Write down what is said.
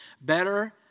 Better